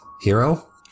Hero